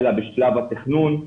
אלא בשלב התכנון,